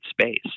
space